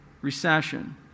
Recession